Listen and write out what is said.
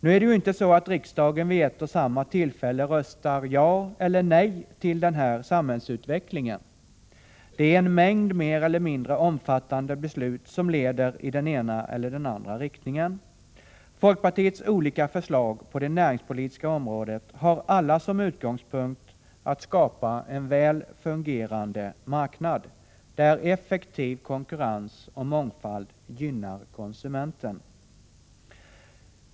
Nu är det ju inte så att riksdagen vid ett och samma tillfälle röstar ”ja” eller ”nej” till den här samhällsutvecklingen. Det är en mängd mer eller mindre omfattande beslut som leder till en utveckling i den ena eller andra riktningen. Folkpartiets olika förslag på det näringspolitiska området har alla som utgångspunkt önskemålet att skapa en väl fungerande marknad, där effektiv konkurrens och mångfald gynnar konsumenten.